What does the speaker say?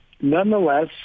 Nonetheless